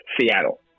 Seattle